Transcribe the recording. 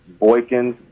boykins